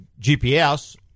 GPS